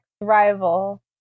rival